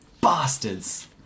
bastards